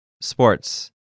Sports